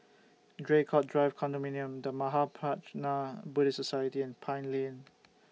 Draycott Drive Condominium The Mahaprajna Buddhist Society and Pine Lane